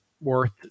worth